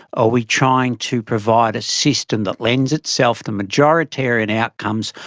are we trying to provide a system that lends itself to majoritarian outcomes,